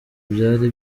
byari